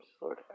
Lord